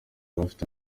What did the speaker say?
bafite